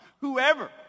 whoever